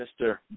Mr